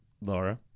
Laura